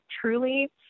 truly